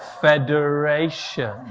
Federation